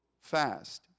fast